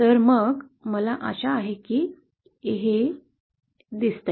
तर मग मला आशा आहे की हे दिसतय